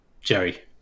Jerry